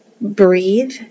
breathe